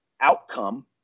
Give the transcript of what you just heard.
outcome